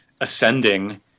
ascending